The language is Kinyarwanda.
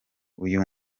uyu